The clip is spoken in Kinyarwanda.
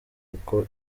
kuko